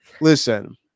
listen